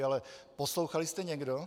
Ale poslouchali jste někdo?